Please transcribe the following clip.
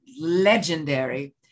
legendary